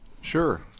Sure